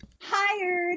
hired